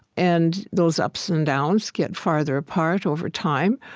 and those ups and downs get farther apart over time,